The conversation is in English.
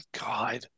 God